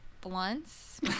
blunts